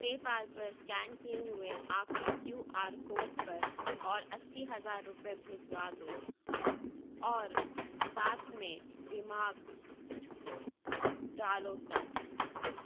پے پال پر اسکین کیے ہوئے آخری کیو آر کوڈ پر اور اسی ہزار روپے بھجوا دو اور ساتھ میں ریمارک ڈالو تک